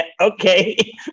okay